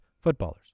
footballers